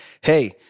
hey